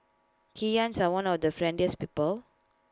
Kenyans are one of the friendliest people